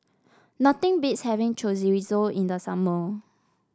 nothing beats having Chorizo in the summer